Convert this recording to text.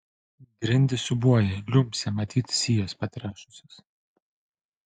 grindys siūbuoja liumpsi matyt sijos patrešusios